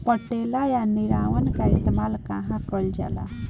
पटेला या निरावन का इस्तेमाल कहवा कइल जाला?